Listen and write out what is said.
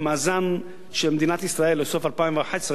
במאזן של מדינת ישראל לסוף 2011,